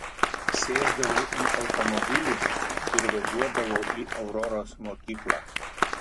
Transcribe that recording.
sėsdavau į automobilį ir važiuodavau į auroros mokyklą